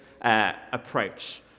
approach